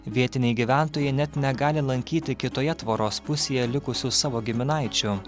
vietiniai gyventojai net negali lankyti kitoje tvoros pusėje likusių savo giminaičių